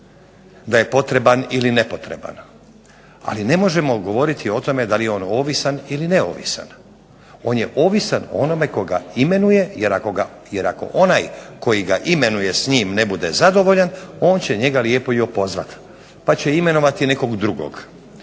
da je potreban ili nepotreban ali ne možemo govoriti o tome da li je on ovisan ili neovisan. On je ovisan o onome tko ga imenuje jer ako onaj koji ga imenuje s njim ne bude zadovoljan on će njega lijepo i opozvati pa će imenovati nekog drugog.